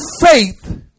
faith